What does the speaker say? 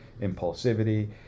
impulsivity